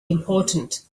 important